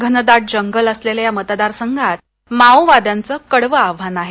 घनदा जंगल असलेल्या या मतदारसंघात माओवाद्यांचं कडवं आव्हान आहे